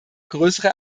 größere